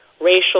racial